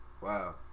Wow